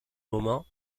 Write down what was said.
moment